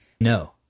no